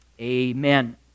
amen